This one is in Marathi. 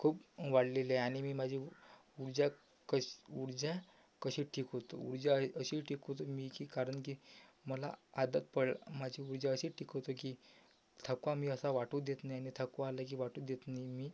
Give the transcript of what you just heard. खूप वाढलेली आहे आणि मी माझी ऊर्जा कशी ऊर्जा कशी टिकवतो ऊर्जा ही अशी टिकवतो मी की कारण की मला आदत पण माझी ऊर्जा अशी टिकवतो की थकवा मी असा वाटू देत नाही मी थकवा आला की वाटू देत नाही मी